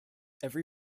every